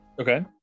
Okay